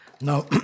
Now